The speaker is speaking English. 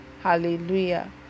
hallelujah